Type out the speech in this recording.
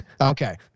Okay